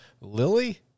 Lily